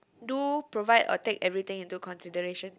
do provide or take everything in to consideration